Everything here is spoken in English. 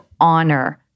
honor